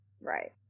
Right